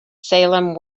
salem